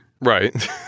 right